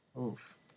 Oof